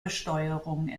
besteuerung